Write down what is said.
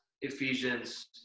Ephesians